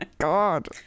God